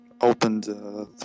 opened